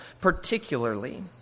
particularly